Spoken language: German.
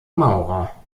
maurer